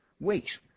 Wait